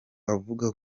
avuga